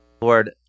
Lord